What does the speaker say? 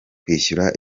kwishyura